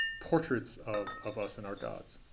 portraits of of us in our gods.